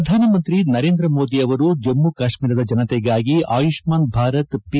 ಪ್ರಧಾನಮಂತ್ರಿ ನರೇಂದ್ರ ಮೋದಿ ಅವರು ಜಮ್ಮ ಕಾಶ್ಮೀರದ ಜನತೆಗಾಗಿ ಅಯುಷ್ಮಾನ್ ಭಾರತ್ ಪಿ